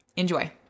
enjoy